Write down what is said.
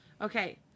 Okay